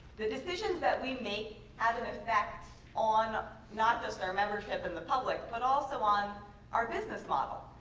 the decisions that we make have an effect on not just our membership and the public but also on our business model.